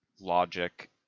logic